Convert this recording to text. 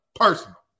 Personal